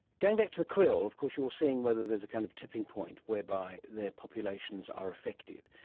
going back to the krill, of course you're seeing whether there is a kind of tipping point whereby their populations are affected.